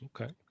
Okay